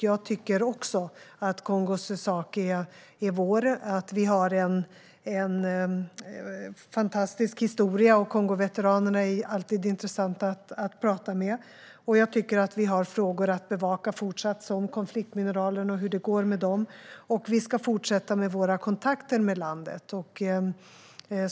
Jag tycker också att Kongos sak är vår. Vi har en fantastisk historia. Kongoveteranerna är alltid intressanta att prata med. Och vi har frågor att fortsätta bevaka, till exempel konfliktmineralerna och hur det går med dem. Vi ska också fortsätta våra kontakter med landet.